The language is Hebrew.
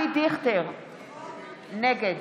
נגד